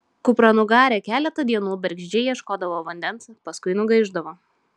kupranugarė keletą dienų bergždžiai ieškodavo vandens paskui nugaišdavo